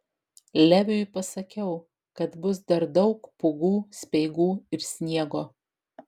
leviui pasakiau kad bus dar daug pūgų speigų ir sniego